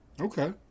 Okay